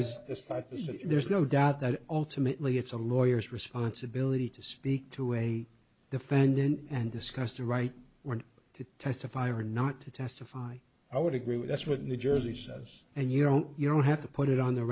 that there's no doubt that ultimately it's a lawyers responsibility to speak to a defendant and discuss the right to testify or not to testify i would agree with that's what new jersey says and you don't you don't have to put it on the